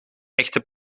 echte